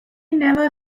never